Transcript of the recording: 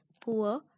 poor